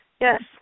Yes